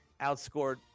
outscored